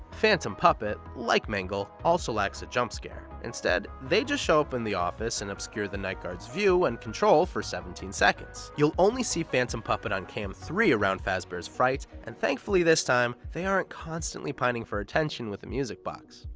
phantom puppet, like mangle, also lacks a jumpscare. instead, they just show up in the office and obscure the night guard's view and control for seventeen seconds! you'll only see phantom puppet on cam three around fazbear's fright, and thankfully this time, they aren't constantly pining for attention with a music box.